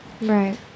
Right